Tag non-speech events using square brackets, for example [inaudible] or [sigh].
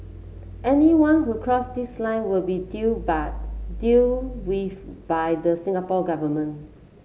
anyone who cross this line will be dealt [unintelligible] dealt with by the Singapore Government